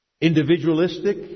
Individualistic